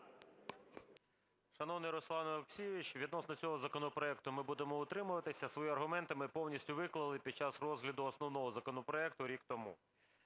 Шановний Руслан Олексійович, відносно цього законопроекту ми будемо утримуватися, свої аргументи ми повністю виклали під час розгляду основного законопроекту рік тому.